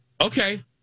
Okay